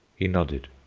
he nodded.